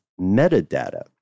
metadata